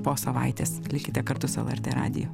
po savaitės likite kartu su lrt radiju